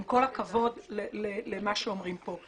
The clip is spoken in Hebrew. עם כל הכבוד למה שאומרים פה.